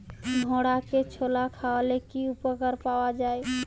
ঘোড়াকে ছোলা খাওয়ালে কি উপকার পাওয়া যায়?